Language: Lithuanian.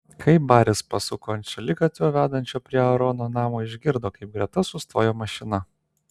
kai baris pasuko ant šaligatvio vedančio prie aarono namo išgirdo kaip greta sustojo mašina